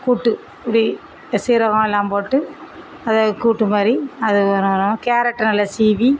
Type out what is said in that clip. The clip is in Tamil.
கூட்டு இப்படி இந்த சீரகம் எல்லாம் போட்டு அதை கூட்டு மாதிரி அது கேரட்டு நல்ல சீவி